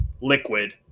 liquid